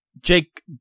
Jake